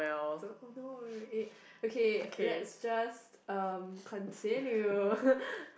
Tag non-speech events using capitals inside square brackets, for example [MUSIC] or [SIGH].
so oh no eh okay let's just um continue [LAUGHS]